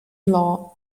law